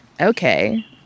Okay